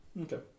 Okay